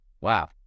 wow